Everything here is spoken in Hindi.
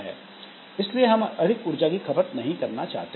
इसलिए हम अधिक ऊर्जा की खपत करना नहीं चाहते